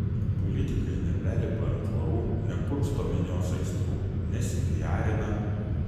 politikai nebelipa ant tvorų nekursto minios aistrų nesipiarina